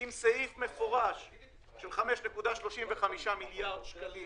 זה מכיל סעיף מפורש של 5.35 מיליארד שקלים